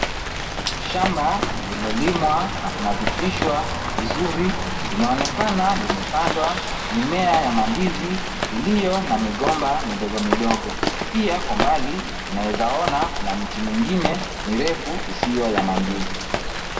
Shamba lililolimwa na kunadhifishwa vizuri, linaonekana limepandwa mimea ya mandizi iliyo na migomba midogo midogo, pia kwa mbali, unaweza ona kuna miti mingine mirefu isiyo ya mandizi.